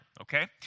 okay